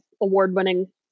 award-winning